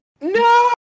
No